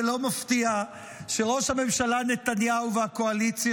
זה לא מפתיע שראש הממשלה נתניהו והקואליציה